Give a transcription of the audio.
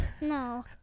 No